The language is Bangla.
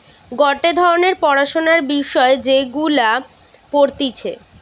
গটে ধরণের পড়াশোনার বিষয় যেগুলা পড়তিছে